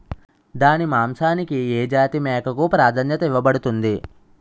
దాని మాంసానికి ఏ జాతి మేకకు ప్రాధాన్యత ఇవ్వబడుతుంది?